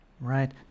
Right